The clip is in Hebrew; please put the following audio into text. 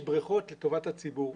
יש בריכות לטובת הציבור.